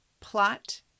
plot